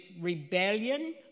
rebellion